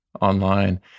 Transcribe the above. online